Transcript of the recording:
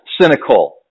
cynical